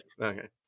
Okay